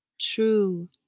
true